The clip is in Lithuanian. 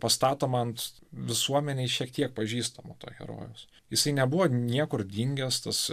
pastatoma ant visuomenei šiek tiek pažįstamo to herojaus jisai nebuvo niekur dingęs tas